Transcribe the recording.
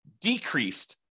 decreased